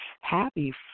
Happy